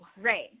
right